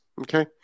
Okay